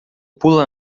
pula